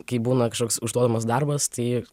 kai būna kažkoks užduodamas darbas tai